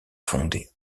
fondé